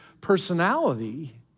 personality